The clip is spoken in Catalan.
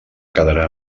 quedarà